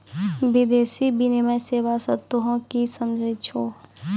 विदेशी विनिमय सेवा स तोहें कि समझै छौ